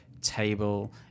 table